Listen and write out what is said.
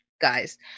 guys